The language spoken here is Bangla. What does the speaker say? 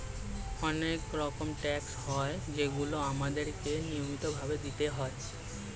অনেক রকমের ট্যাক্স হয় যেগুলো আমাদের কে নিয়মিত ভাবে দিতেই হয়